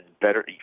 better